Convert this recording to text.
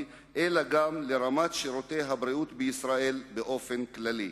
אלא גם לרמת שירותי הבריאות בישראל באופן כללי.